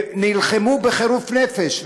ונלחמו בחירוף נפש,